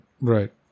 right